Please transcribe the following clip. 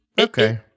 Okay